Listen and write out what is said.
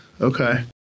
Okay